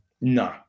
No